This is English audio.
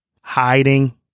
hiding